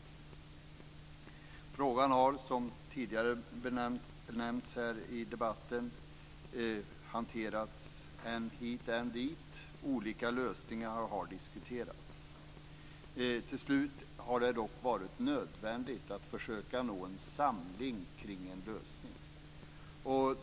Frågan har, som tidigare nämnts här i debatten, hanterats än hit än dit. Olika lösningar har diskuterats. Till slut har det dock varit nödvändigt att försöka nå en samling kring en lösning.